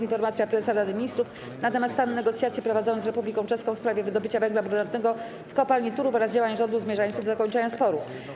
Informacja Prezesa Rady Ministrów na temat stanu negocjacji prowadzonych z Republiką Czeską w sprawie wydobycia węgla brunatnego w kopalni Turów oraz działań rządu zmierzających do zakończenia sporu.